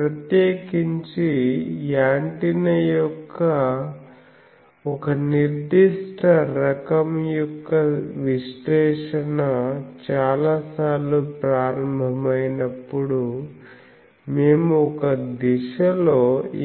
ప్రత్యేకించి యాంటెన్నా యొక్క ఒక నిర్దిష్ట రకము యొక్క విశ్లేషణ చాలాసార్లు ప్రారంభమైనప్పుడు మేము ఒక దిశలో